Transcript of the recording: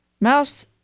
mouse